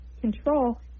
control